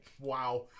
Wow